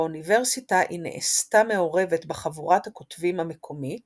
באוניברסיטה היא נעשתה מעורבת בחבורת הכותבים המקומית